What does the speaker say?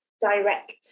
direct